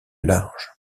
large